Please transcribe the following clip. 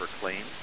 claims